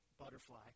butterfly